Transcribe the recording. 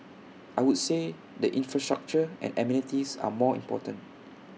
I would say the infrastructure and amenities are more important